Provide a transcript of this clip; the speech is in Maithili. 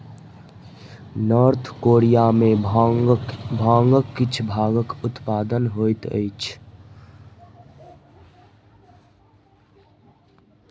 नार्थ कोरिया में भांगक किछ भागक उत्पादन होइत अछि